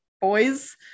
boys